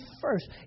first